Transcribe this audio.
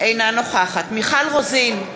אינה נוכחת מיכל רוזין,